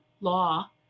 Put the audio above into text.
law